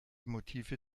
motive